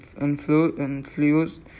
influenced